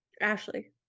Ashley